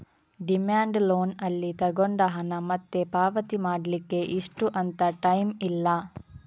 demand loan ಅಲ್ಲಿ ತಗೊಂಡ ಹಣ ಮತ್ತೆ ಪಾವತಿ ಮಾಡ್ಲಿಕ್ಕೆ ಇಷ್ಟು ಅಂತ ಟೈಮ್ ಇಲ್ಲ